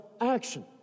action